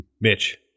Mitch